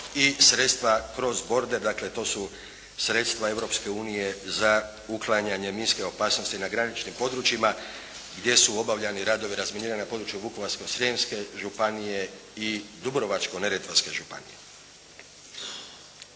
i sredstva kroz borbe, dakle to su sredstva Europske unije za uklanjanje minske opasnosti na graničnim područjima gdje su obavljani radovi razminiranja na području Vukovarsko-srijemske županije i Dubrovačko-neretvanske županije.